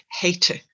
hater